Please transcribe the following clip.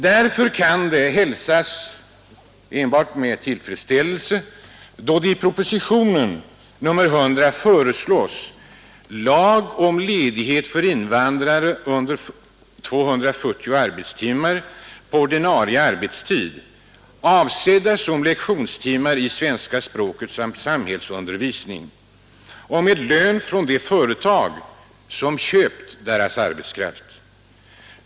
Därför kan det hälsas enbart med tillfredsst tionen nr 100 föreslås en lag om rätt till ledighet för invandrare att under 240 arbetstimmar på ordinarie arbetstid få lektioner i svenska språket samt samhällsundervisning med lön från det företag som köpt arbetskraften.